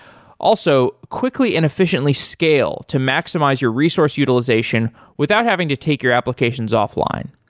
also, quickly and efficiently scale to maximize your resource utilization without having to take your applications off-line.